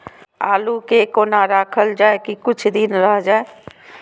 आलू के कोना राखल जाय की कुछ दिन रह जाय?